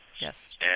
yes